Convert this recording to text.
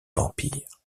vampire